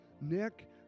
Nick